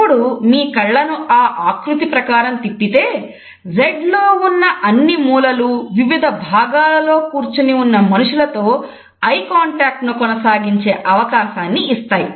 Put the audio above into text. ఇప్పుడు మీ కళ్ళను ఆ ఆకృతి ప్రకారం తిప్పితే Z లో ఉన్న అన్ని మూలలు వివిధ భాగాలలో కూర్చుని ఉన్న మనుషులతో ఐ కాంటాక్ట్ ను కొనసాగించే అవకాశాన్ని ఇస్తాయి